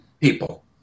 people